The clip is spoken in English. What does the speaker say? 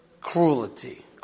cruelty